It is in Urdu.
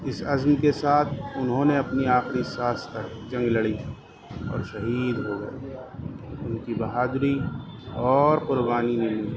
اس عزم کے ساتھ انہوں نے اپنی آخری سانس تک جنگ لڑی اور شہید ہو گئے ان کی بہادری اور قربانی نے مجھے